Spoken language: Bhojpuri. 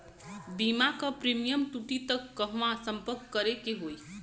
बीमा क प्रीमियम टूटी त कहवा सम्पर्क करें के होई?